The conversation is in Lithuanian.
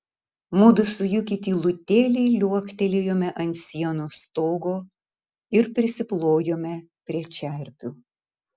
mudu su juki tylutėliai liuoktelėjome ant sienos stogo ir prisiplojome prie čerpių